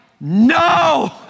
no